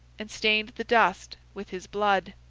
and stained the dust with his blood.